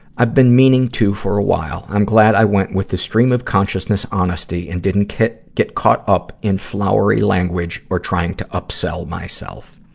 i've been meaning to for a while. i'm glad i went with the stream of consciousness honesty and didn't get get caught up in flowery language or try to upsell myself.